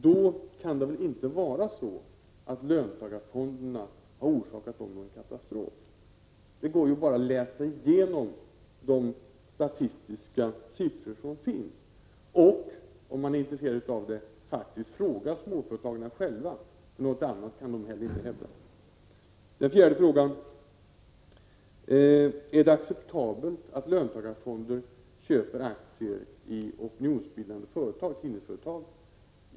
Då kan det ju inte vara så att löntagarfonderna har orsakat dem någon katastrof. Man kan bara läsa igenom de statistiska siffror som finns för att konstatera detta och, om man är intresserad av det, faktiskt fråga småföretagarna själva. Inte heller de kan hävda något annat. 4. Är det acceptabelt att löntagarfonder köper aktier i opinionsbildande företag, tidningsföretag?